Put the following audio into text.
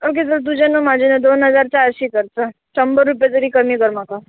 okay तर तुजे न्हू म्हाजें न्हू दोन हजार चारशीं कर चल शंबर रुपया तरी कमी कर म्हाका